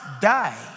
die